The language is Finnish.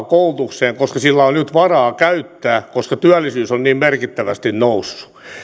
koulutukseen koska sillä on nyt varaa käyttää koska työllisyys on niin merkittävästi noussut